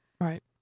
Right